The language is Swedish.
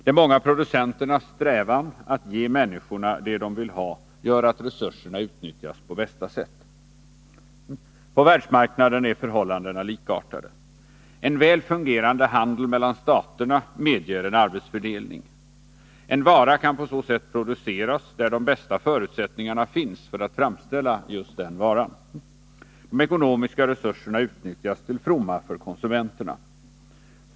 De många producenternas strävan att ge människorna det de vill ha gör att resurserna utnyttjas på bästa sätt. På världsmarknaden är förhållandena likartade. En väl fungerande handel mellan staterna medger en arbetsfördelning. En vara kan på så sätt produceras där de bästa förutsättningarna finns för att framställa just den varan. De ekonomiska resurserna utnyttjas till ftomma för konsumenterna.